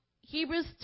Hebrews